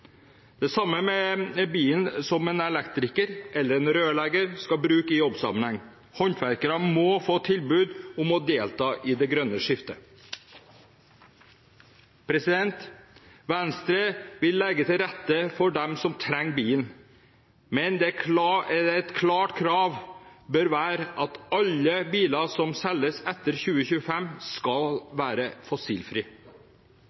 Det samme gjelder for bilen som en elektriker eller en rørlegger skal bruke i jobbsammenheng. Håndverkere må få tilbud om å delta i det grønne skiftet. Venstre vil legge til rette for dem som trenger bilen, men et klart krav bør være at alle biler som selges etter 2025,